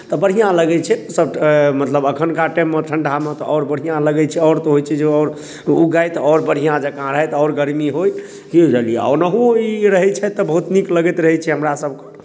तऽ बढ़िआँ लगै छै सभटा मतलब एखुनका टाइममे ठंडामे तऽ आओर बढ़िआँ लगै छै आओर होइ छै जे आओर उगथि आओर बढ़िआँ जँका रहथि आओर गरमी होइ की बुझलियै आओर ओनाहू ई रहै छथि तऽ बहुत नीक लगैत रहै छै हमरासभकेँ